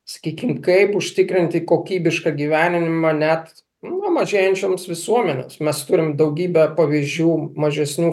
sakykim kaip užtikrinti kokybišką gyvenimą net nu va mažėjančioms visuomenės mes turim daugybę pavyzdžių mažesnių